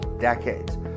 decades